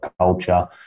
culture